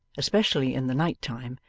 especially in the night time,